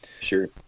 Sure